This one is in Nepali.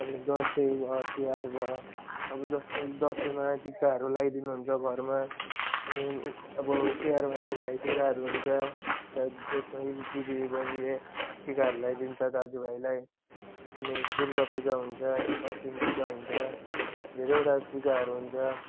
अनि दसैँ भयो तिहार भयो अब जस्तै दसैँमा टिकाहरू लगाइदिनु हुन्छ घरमा अनि अब तिहारमा चाहिँ भाइटिकाहरू हुन्छ जसमा दिदीबैनीले टिकाहरू लगाइदिन्छ दाजुभाइलाई अनि दुर्गा पूजा हुन्छ लक्ष्मी पूजा हुन्छ धेरैवटा पूजाहरू हुन्छ